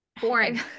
Boring